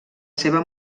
seva